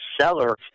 seller